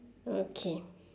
okay